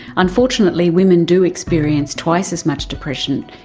unfortunately women do experience twice as much depression,